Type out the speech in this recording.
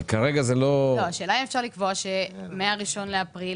אבל כרגע זה לא --- האם אפשר לקבוע שמה-1 באפריל